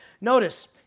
Notice